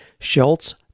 Schultz